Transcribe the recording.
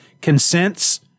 consents